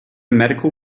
medical